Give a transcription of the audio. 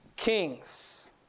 Kings